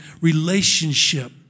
relationship